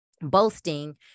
boasting